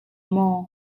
maw